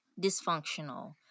dysfunctional